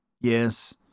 Yes